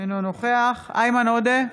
אינו נוכח איימן עודה,